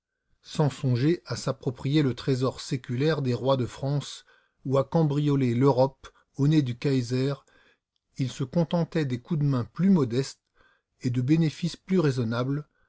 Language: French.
sans songer à s'approprier le trésor séculaire des rois de france ou à cambrioler l'europe au nez du kaiser il se contentait des coups de main plus modestes et de bénéfices plus raisonnables